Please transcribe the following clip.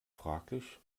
fraglich